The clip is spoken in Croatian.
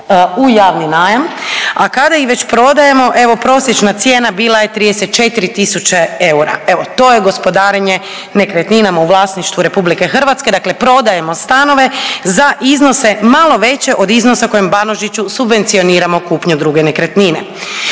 u javni najam, a kada ih već prodajemo evo prosječna cijena bila je 34.000 eura. Evo to je gospodarenje nekretninama u vlasništvu RH. Dakle, prodajemo stanove za iznose malo veće od iznosa kojim Banožiću subvencioniramo kupnju druge nekretnine.